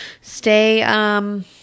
Stay